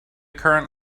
current